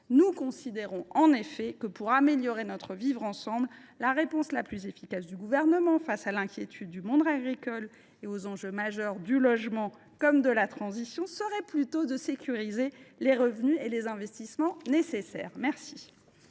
s’abstiendra sur ce texte. Pour améliorer notre vivre ensemble, la réponse la plus efficace du Gouvernement face à l’inquiétude du monde agricole et aux enjeux majeurs du logement et de la transition écologique serait plutôt de sécuriser les revenus et les investissements nécessaires. La